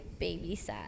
babysat